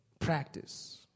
practice